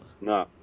No